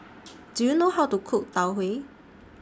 Do YOU know How to Cook Tau Huay